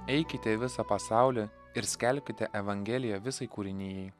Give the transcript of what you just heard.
eikite į visą pasaulį ir skelbkite evangeliją visai kūrinijai